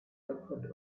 toppled